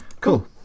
Cool